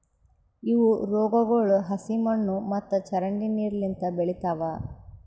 ಇವು ರೋಗಗೊಳ್ ಹಸಿ ಮಣ್ಣು ಮತ್ತ ಚರಂಡಿ ನೀರು ಲಿಂತ್ ಬೆಳಿತಾವ್